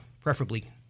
preferably